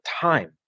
time